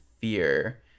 fear